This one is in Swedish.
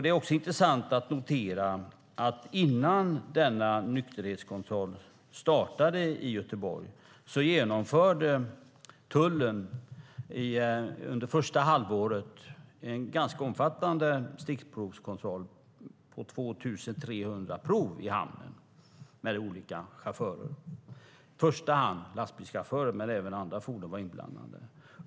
Det är intressant att notera att innan denna nykterhetskontroll startade i Göteborg genomförde tullen under första halvåret en ganska omfattande stickprovskontroll i hamnen på 2 300 chaufförer, i första hand lastbilschaufförer men även andra förare var inblandade.